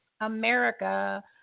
America